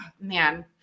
man